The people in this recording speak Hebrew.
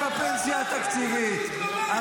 --- תראו איך הם קופצים כי נוגעים להם בפנסיה התקציבית.